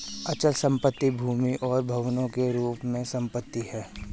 अचल संपत्ति भूमि और भवनों के रूप में संपत्ति है